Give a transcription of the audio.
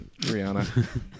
Rihanna